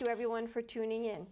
you everyone for tuning in